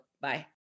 Bye